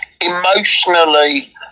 emotionally